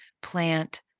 plant